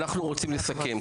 אנחנו רוצים לסכם,